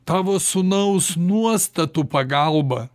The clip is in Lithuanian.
tavo sūnaus nuostatų pagalba